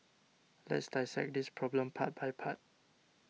let's dissect this problem part by part